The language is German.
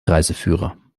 reiseführer